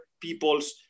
people's